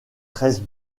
treize